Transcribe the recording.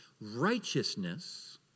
Righteousness